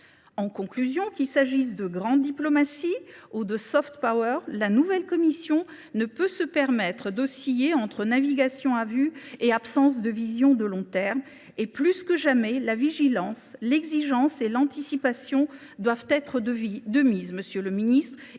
En conclusion, qu’il s’agisse de grande diplomatie ou de, la nouvelle Commission ne peut se permettre d’osciller entre navigation à vue et absence de vision à long terme. Plus que jamais, la vigilance, l’exigence et l’anticipation doivent être de mise. Monsieur le ministre,